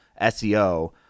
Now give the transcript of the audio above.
seo